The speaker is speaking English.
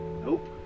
nope